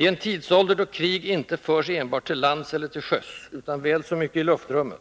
I en tidsålder, då kriginte förs enbart till lands eller till sjöss utan väl så mycket i luftrummet,